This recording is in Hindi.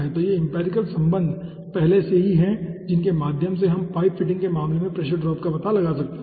तो वे एम्पिरिकल संबंध पहले से ही हैं जिनके माध्यम से हम पाइप फिटिंग के मामले में प्रेशर ड्रॉप का पता लगा सकते हैं